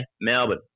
melbourne